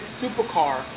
supercar